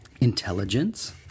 intelligence